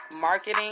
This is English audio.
marketing